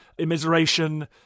immiseration